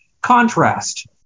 contrast